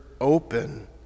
open